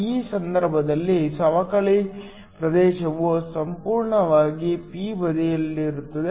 ಈ ಸಂದರ್ಭದಲ್ಲಿ ಸವಕಳಿ ಪ್ರದೇಶವು ಸಂಪೂರ್ಣವಾಗಿ p ಬದಿಯಲ್ಲಿರುತ್ತದೆ